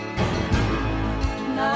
Now